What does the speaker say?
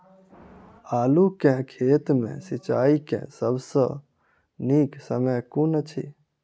आलु केँ खेत मे सिंचाई केँ सबसँ नीक समय कुन अछि?